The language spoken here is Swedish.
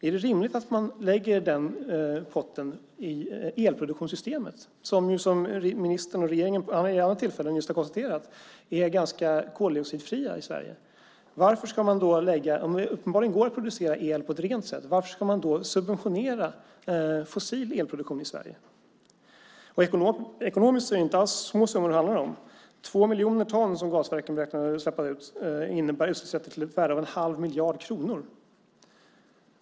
Är det rimligt att man lägger den potten i elproduktionssystemet, som ju ministern och regeringen vid andra tillfällen har konstaterat är ganska koldioxidfria i Sverige? När det uppenbarligen går att producera el på ett rent sätt, varför ska man då subventionera fossil elproduktion i Sverige? Ekonomiskt är det inte alls små summor det handlar om. Två miljoner ton, som gasverken beräknar att släppa ut, innebär ju utsläpp till ett värde av 1⁄2 miljard kronor.